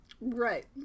right